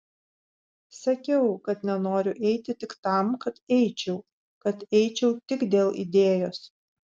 sakiau kad nenoriu eiti tik tam kad eičiau kad eičiau tik dėl idėjos